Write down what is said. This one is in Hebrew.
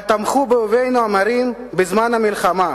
אבל תמכו באויבינו המרים בזמן המלחמה,